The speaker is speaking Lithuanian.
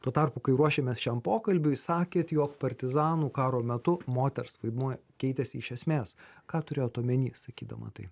tuo tarpu kai ruošėmės šiam pokalbiui sakėt jog partizanų karo metu moters vaidmuo keitėsi iš esmės ką turėjot omeny sakydama tai